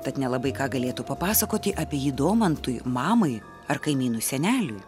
tad nelabai ką galėtų papasakoti apie jį domantui mamai ar kaimynų seneliui